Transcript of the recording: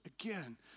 Again